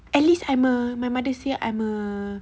at least I'm a my mother say I'm a